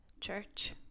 church